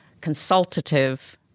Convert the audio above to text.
consultative